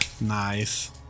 Nice